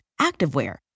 activewear